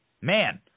Man